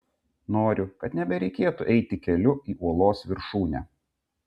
noriu kad nebereikėtų eiti keliu į uolos viršūnę